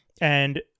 And-